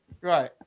Right